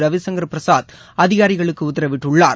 ரவிசங்கர் பிரசாத் அதிகாரிகளுக்கு உத்தரவிட்டுள்ளார்